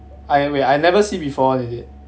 uh wait I never see before one is it